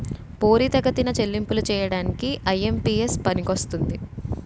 పోరితెగతిన చెల్లింపులు చేయడానికి ఐ.ఎం.పి.ఎస్ పనికొస్తుంది